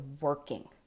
working